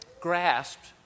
grasped